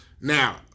Now